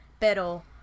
Pero